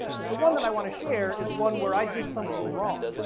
but the one that i want to share is one where i did something wrong.